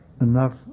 enough